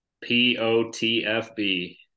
P-O-T-F-B